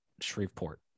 Shreveport